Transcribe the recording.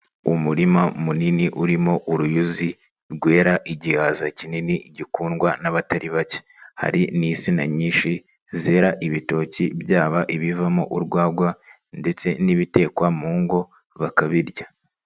Umurima munini urimo uruyuzi rwera igihaza kinini gikundwa n'abatari bake, hari n'insina nyinshi zera ibitoki byaba ibivamo urwagwa ndetse n'ibitekwa mu ngo bakabirya.